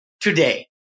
today